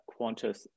Qantas